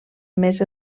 més